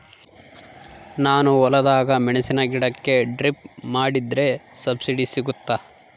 ನಾನು ಹೊಲದಾಗ ಮೆಣಸಿನ ಗಿಡಕ್ಕೆ ಡ್ರಿಪ್ ಮಾಡಿದ್ರೆ ಸಬ್ಸಿಡಿ ಸಿಗುತ್ತಾ?